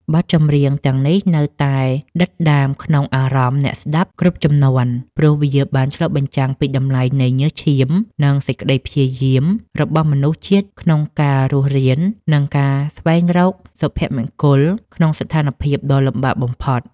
បទចម្រៀងទាំងនេះនៅតែដិតដាមក្នុងអារម្មណ៍អ្នកស្ដាប់គ្រប់ជំនាន់ ព្រោះវាបានឆ្លុះបញ្ចាំងពីតម្លៃនៃញើសឈាម និងសេចក្តីព្យាយាមរបស់មនុស្សជាតិក្នុងការរស់រាន និងការស្វែងរកសុភមង្គលក្នុងស្ថានភាពដ៏លំបាកបំផុត។